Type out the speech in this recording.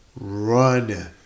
run